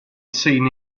seen